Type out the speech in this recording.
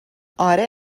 آره